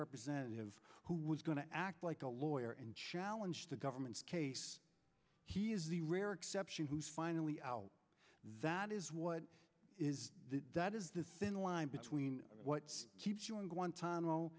representative who was going to act like a lawyer and challenge the government's case he is the rare exception who's finally out that is what is that is the thin line between what keeps you in guantanamo